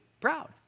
proud